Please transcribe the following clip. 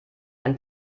ein